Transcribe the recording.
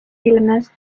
ilmnes